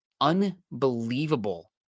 unbelievable